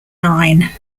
nine